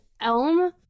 Elm